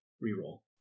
re-roll